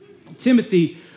Timothy